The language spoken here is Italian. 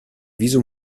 viso